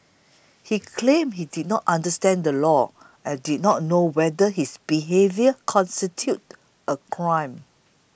he claimed he did not understand the law and did not know whether his behaviour constituted a crime